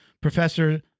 Professor